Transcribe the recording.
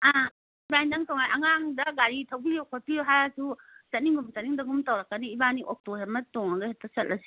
ꯑꯥ ꯏꯕꯥꯟꯅꯤꯗꯪ ꯇꯣꯉꯥꯟꯅ ꯑꯉꯥꯡꯗ ꯒꯥꯔꯤ ꯊꯧꯕꯤꯎ ꯈꯣꯠꯄꯤꯎ ꯍꯥꯏꯔꯁꯨ ꯆꯠꯅꯤꯡꯒꯨꯝ ꯆꯠꯅꯤꯡꯗꯒꯨꯝ ꯇꯧꯔꯛꯀꯅꯤ ꯏꯕꯥꯟꯅꯤ ꯑꯣꯛꯇꯣ ꯑꯃ ꯇꯣꯡꯉꯒ ꯍꯦꯛꯇ ꯆꯠꯂꯁꯤ